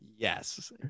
Yes